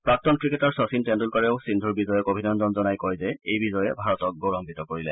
প্ৰাক্তন ক্ৰিকেটাৰ শচীন তেণ্ডলকাৰেও সিন্ধুৰ বিজয়ক অভিনন্দন জনায় কয় যে এই বিজয়ে ভাৰতক গৌৰৱান্বিত কৰিলে